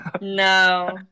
No